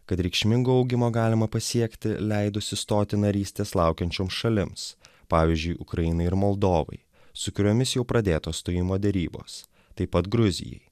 kad reikšmingo augimo galima pasiekti leidus įstoti narystės laukiančioms šalims pavyzdžiui ukrainai ir moldovai su kuriomis jau pradėtos stojimo derybos taip pat gruzijai